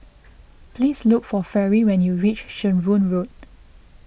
please look for Fairy when you reach Shenvood Road